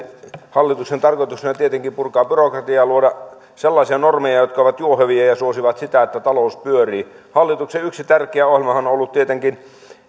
hallituksen tarkoitushan on tietenkin purkaa byrokratiaa ja luoda sellaisia normeja jotka ovat juohevia ja suosivat sitä että talous pyörii hallituksen yksi tärkeä ohjelmahan on ollut tietenkin